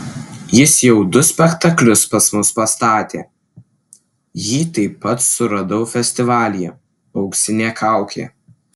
jis jau du spektaklius pas mus pastatė jį taip pat suradau festivalyje auksinė kaukė